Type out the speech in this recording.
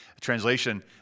translation